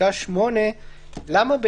אבל הוא יכול לבדוק.